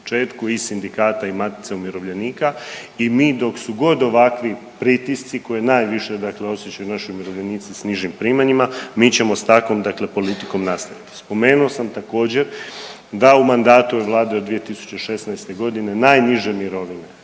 i sindikata i matica umirovljenika mi dok su god ovakvi pritisci koji najviše dakle osjećaju naši umirovljenici s nižim primanjima, mi ćemo s takvom dakle politikom nastaviti. Spomenuo sam također, da u mandatu ove Vlade od 2016. g. najniže mirovine,